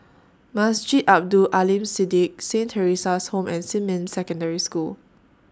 Masjid Abdul Aleem Siddique Saint Theresa's Home and Xinmin Secondary School